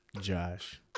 Josh